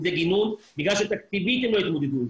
אם זה גינון - בגלל שתקציבית הם לא מאוזנים.